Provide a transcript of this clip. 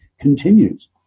continues